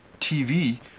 TV